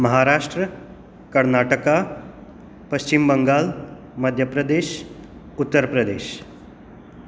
Maharashtra Karnataka Paschim Bangal Madhya Pradesh Uttar Pradesh